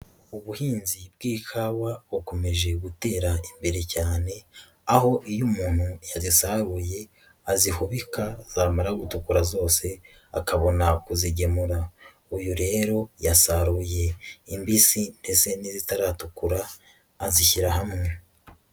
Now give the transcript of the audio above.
Ubuhinzi bw'ikawa bukomeje gutera imbere cyane, aho iyo umuntu yazisahabuye azihubika zamara gutukura zose akabona kuzigemura. Uyu rero yasaruye imbisi ndetse n'izitaratukura azishyira hamwe.